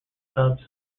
cubs